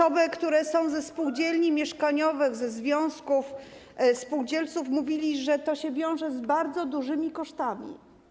Osoby, które są ze spółdzielni mieszkaniowych, ze związków spółdzielców, mówiły, że to się wiąże z bardzo dużymi kosztami.